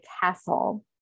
castle